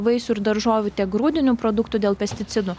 vaisių ir daržovių tiek grūdinių produktų dėl pesticidų